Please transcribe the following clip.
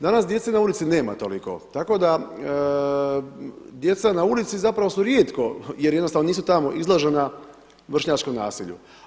Danas djece na ulici nema toliko, tako da djeca na ulici zapravo su rijetko jer jednostavno nisu tamo izložena vršnjačkom nasilju.